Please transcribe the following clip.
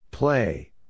Play